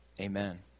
amen